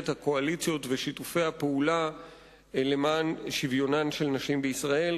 הקואליציות ושיתופי הפעולה למען שוויון לנשים בישראל.